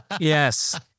yes